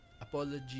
apology